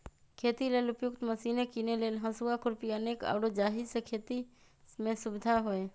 खेती लेल उपयुक्त मशिने कीने लेल हसुआ, खुरपी अनेक आउरो जाहि से खेति में सुविधा होय